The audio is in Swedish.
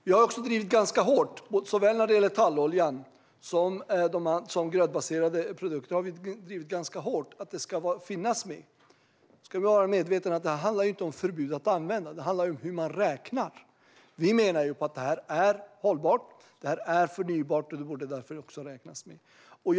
Vi har också, när det gäller såväl tallolja som grödbaserade produkter, drivit ganska hårt att de ska finnas med. Vi ska vara medvetna om att detta inte handlar om förbud mot användning utan om hur man räknar. Vi menar att detta är hållbart och förnybart och därför också borde räknas med.